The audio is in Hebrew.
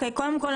קודם כל,